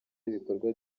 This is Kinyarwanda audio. y’ibikorwa